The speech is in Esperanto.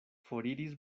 foriris